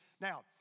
Now